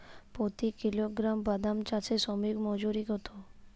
প্রতি কিলোগ্রাম বাদাম চাষে শ্রমিক মজুরি কত?